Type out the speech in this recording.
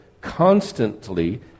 constantly